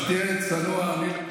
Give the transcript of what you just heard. אז תהיה צנוע, עמית.